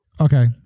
Okay